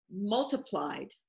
multiplied